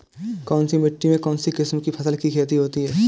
कौनसी मिट्टी में कौनसी किस्म की फसल की खेती होती है?